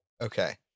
Okay